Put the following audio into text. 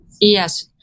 Yes